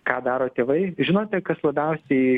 ką daro tėvai žinote kas labiausiai